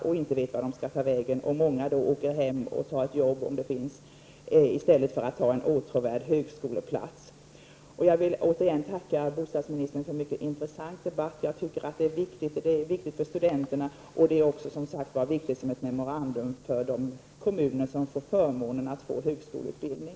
De visste inte vart de skulle ta vägen, och många åker hem för att ta ett jobb om det är möjligt i stället för att utnyttja en åtråvärd högskoleplats. Jag vill än en gång tacka bostadsministern för en mycket intressant debatt. Det är viktigt för studenterna och det är också viktigt som ett memorandum för de kommuner som får förmånen att ha högskoleutbildning.